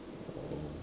oh